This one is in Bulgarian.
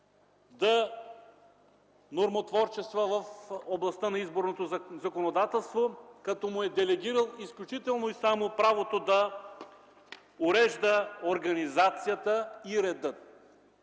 да нормотворчества в областта на изборното законодателство, като му е делегирал изключително и само правото да урежда организацията и реда.